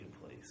place